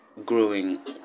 Growing